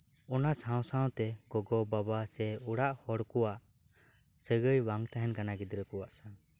ᱚᱱᱟ ᱥᱟᱶ ᱥᱟᱶᱛᱮ ᱜᱚᱜᱚ ᱵᱟᱵᱟ ᱥᱮ ᱚᱲᱟᱜ ᱦᱚᱲ ᱠᱚᱣᱟᱜ ᱥᱟᱹᱜᱟᱹᱭ ᱵᱟᱝ ᱛᱟᱦᱮᱱ ᱠᱟᱱᱟ ᱜᱤᱫᱽᱨᱟᱹ ᱠᱚᱣᱟᱜ ᱥᱟᱶᱛᱮ